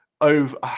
over